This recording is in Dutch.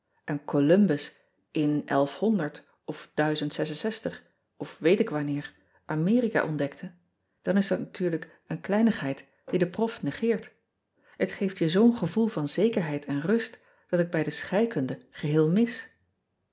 en olumbus in of of weet ik wanneer merika ontdekte dan is dat natuurlijk een kleinigheid die de rof negeert et geeft je zoo n gevoel van zekerheid en rust dat ik bij de scheikunde geheel mis